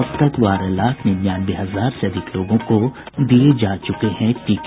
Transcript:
अब तक बारह लाख निन्यानवे हजार से अधिक लोगों को दिये जा चुके हैं टीके